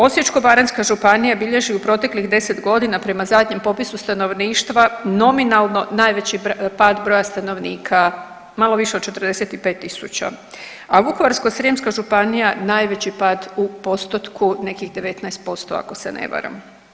Osječko-baranjska županija bilježi u proteklih 10 godina prema zadnjem popisu stanovništva nominalno najveći pad broja stanovnika, malo više od 45 tisuća, a Vukovarsko-srijemska županija najveći pad u postotku, nekih 19%, ako se ne varam.